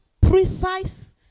precise